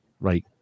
right